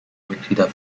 mitglieder